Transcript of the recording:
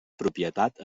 propietat